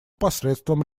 посредством